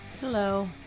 Hello